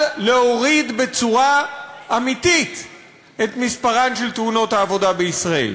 להוריד בצורה אמיתית את מספרן של תאונות העבודה בישראל.